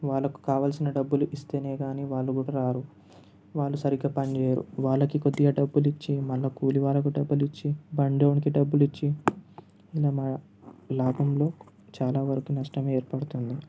వాళ్ళకు కావాల్సిన డబ్బులు ఇస్తేనే కానీ వాళ్ళు కూడా రారు వాళ్ళు సరిగ్గా పని చేయరు వాళ్ళకి కొద్దిగా డబ్బులు ఇచ్చి వాళ్ళ కూలి వాళ్ళకి డబ్బులు ఇచ్చి బండివానికి డబ్బులు ఇచ్చి ఇలా మన లాభంలో చాలా వరకు నష్టం ఏర్పడుతుంది